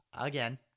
again